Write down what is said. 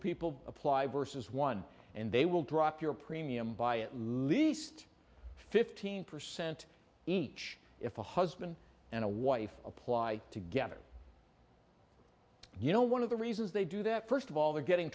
people apply burse is one and they will drop your premium by a low least fifteen percent each if a husband and a wife apply together you know one of the reasons they do that first of all they're getting